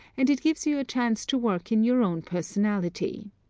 and it gives you a chance to work in your own personality.